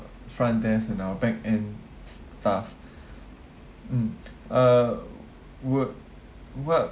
front desk and our backend staff mm uh wha~ what